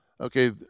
Okay